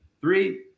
three